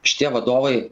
šitie vadovai